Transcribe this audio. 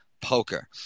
poker